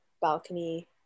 balcony